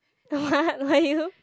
what